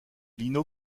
lino